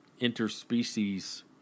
interspecies